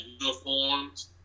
uniforms